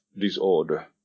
disorder